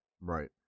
Right